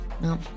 No